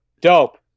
dope